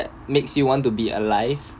makes you want to be alive